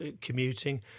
commuting